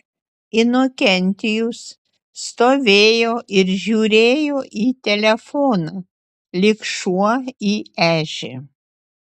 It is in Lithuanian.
inokentijus stovėjo ir žiūrėjo į telefoną lyg šuo į ežį